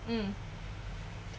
mm